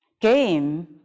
game